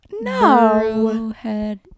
No